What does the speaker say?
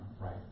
right